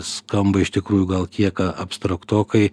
skamba iš tikrųjų gal kiek abstraktokai